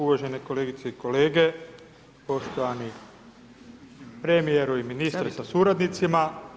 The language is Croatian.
Uvažene kolegice i kolege, poštovani premijeru i ministre sa suradnicima.